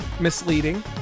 Misleading